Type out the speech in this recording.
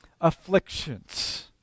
afflictions